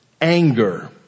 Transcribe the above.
anger